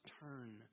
turn